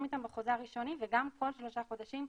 איתם בחוזה הראשוני וגם כל שלושה חודשים.